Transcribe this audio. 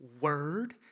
word